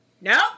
no